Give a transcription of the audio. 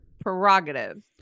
prerogative